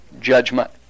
judgment